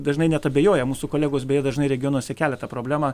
dažnai net abejoja mūsų kolegos beje dažnai regionuose kelia tą problema